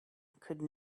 could